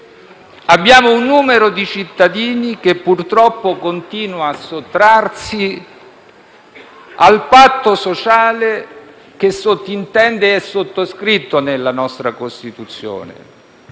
Abbiamo un numero di cittadini che purtroppo continua a sottrarsi al patto sociale che sottintende ed è sottoscritto nella nostra Costituzione.